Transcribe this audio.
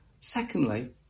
Secondly